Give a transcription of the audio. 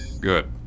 Good